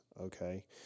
okay